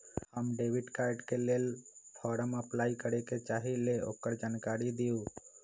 हम debit card के लेल फॉर्म अपलाई करे के चाहीं ल ओकर जानकारी दीउ?